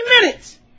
minutes